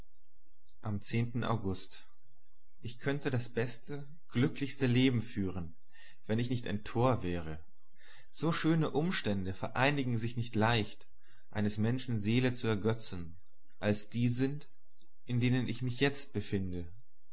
am august ich könnte das beste glücklichste leben führen wenn ich nicht ein tor wäre so schöne umstände vereinigen sich nicht leicht eines menschen seele zu ergetzen als die sind in denen ich mich jetzt befinde